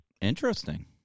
Interesting